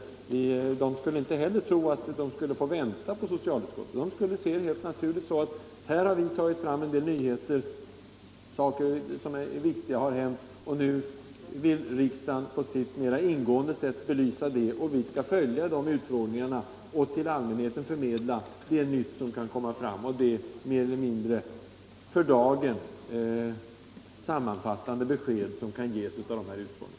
De skulle inte heller tro att de skulle behöva vänta på socialutskottet. De skulle se det såsom helt naturligt att de först tar fram en del viktiga nyheter och att riksdagen sedan på sitt mera ingående sätt vill belysa frågan. Journalisterna skulle följa dessa utfrågningar och till allmänheten förmedla det nya som kunde komma fram och det för dagen mer eller mindre sammanfattande besked som utfrågningen kunde ge.